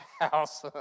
house